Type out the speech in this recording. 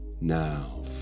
now